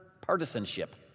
partisanship